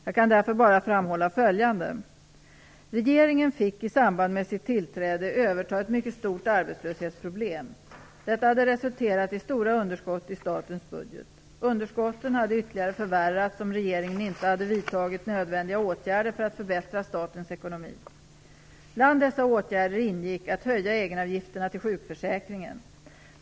Jag kan därför bara framhålla följande. Regeringen fick i samband med sitt tillträde överta ett mycket stort arbetslöshetsproblem. Detta hade resulterat i stora underskott i statens budget. Underskotten hade ytterligare förvärrats om regeringen inte hade vidtagit nödvändiga åtgärder för att förbättra statens ekonomi. Bland dessa åtgärder ingick att höja egenavgifterna till sjukförsäkringen.